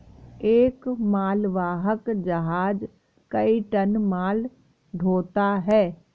एक मालवाहक जहाज कई टन माल ढ़ोता है